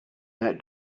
that